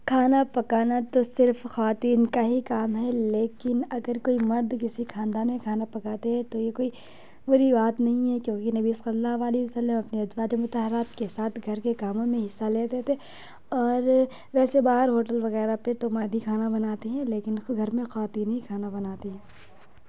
کھانا پکانا تو صرف خواتین کا ہی کام ہے لیکن اگر کوئی مرد کسی خاندان میں کھانا پکاتے ہیں تو یہ کوئی بری بات نہیں ہے کیونکہ نبی صلی اللہ علیہ وسلم اپنے ازواج مطہرات کے ساتھ گھر کے کاموں میں حصہ لیتے تھے اور ویسے باہر ہوٹل وغیرہ پہ تو مرد ہی کھانا بناتے ہیں لیکن گھر میں خواتین ہی کھانا بناتی ہیں